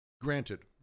Granted